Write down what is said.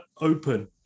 open